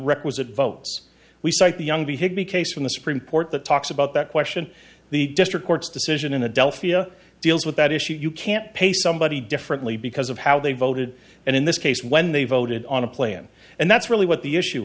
requisite votes we cite the young behave b case from the supreme court that talks about that question the district court's decision in adelphi deals with that issue you can't pay somebody differently because of how they voted and in this case when they voted on a plan and that's really what the issue